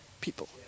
people